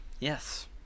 Yes